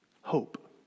Hope